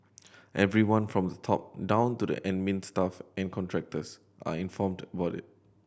everyone from the top down to the admin staff and contractors are informed about it